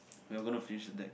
you're going to finish with that